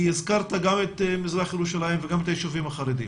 כי הזכרת גם את מזרח ירושלים וגם את היישובים החרדים.